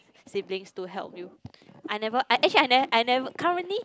siblings to help you I never actually I ne~ I never currently